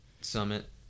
Summit